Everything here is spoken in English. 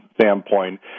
standpoint